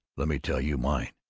let me tell you mine!